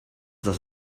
does